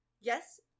yes